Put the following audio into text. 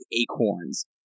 acorns